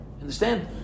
Understand